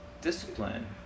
discipline